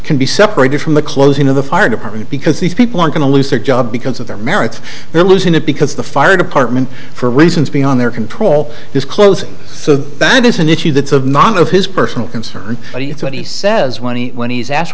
can be separated from the closing of the fire department because these people are going to lose their job because of their merits they're losing it because the fire department for reasons beyond their control is closing so that is an issue that's of not of his personal concern but it's what he says when he when he's asked